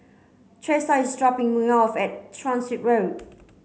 Thresa is dropping me off at Transit Road